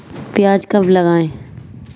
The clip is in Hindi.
प्याज कब लगाएँ?